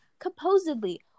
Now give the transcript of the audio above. composedly